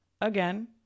again